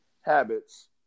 habits